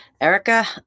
Erica